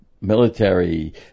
military